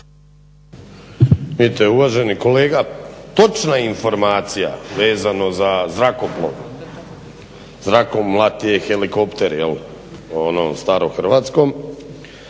uvaženi kolega, točna je informacija vezao za zrakoplov, zrakomlat je helikopter po onom starohrvatskom,